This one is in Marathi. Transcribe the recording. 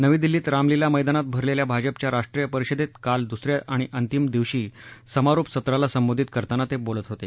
नवी दिल्लीत रामलिला मैदानात भरलेल्या भाजपाच्या राष्ट्रीय परिषदेत काल दुस या आणि अंतिम दिवशी समारोप सत्राला संबोधित करताना ते बोलत होते